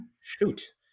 shoot